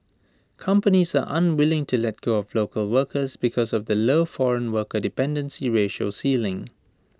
companies are unwilling to let go of local workers because of the low foreign worker dependency ratio ceiling